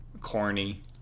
corny